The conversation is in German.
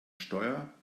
steuer